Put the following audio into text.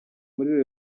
muri